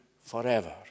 forever